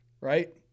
right